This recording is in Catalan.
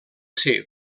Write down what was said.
ser